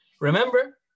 Remember